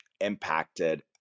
impacted